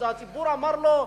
הציבור אמר לו,